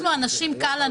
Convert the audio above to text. אנחנו הנשים קל לנו,